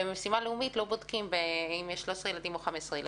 ובמשימה לאומית לא בודקים אם יש 13 ילדים או 15 ילדים,